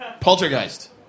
Poltergeist